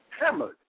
Hammered